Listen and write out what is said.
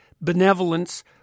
benevolence